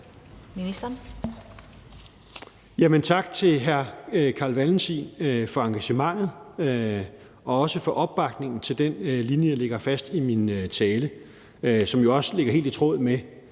Tak til hr. Carl Valentin for engagementet og også for opbakningen til den linje, jeg lægger fast i min tale, og som jo også ligger helt i tråd med,